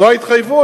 זו ההתחייבות,